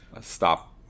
stop